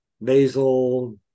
basil